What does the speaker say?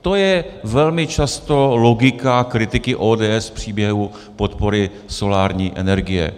To je velmi často logika kritiky ODS v příběhu podpory solární energie.